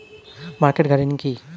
Market gardening কি?